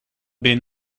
been